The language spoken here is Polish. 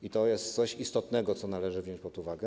I to jest coś istotnego, co należy wziąć pod uwagę.